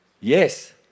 Yes